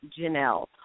Janelle